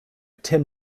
tim